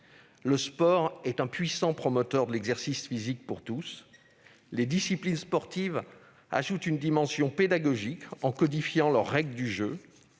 Le sport est un puissant promoteur de l'exercice physique pour tous. Les disciplines sportives ajoutent à cela une dimension pédagogique la codification de leurs règles du jeu.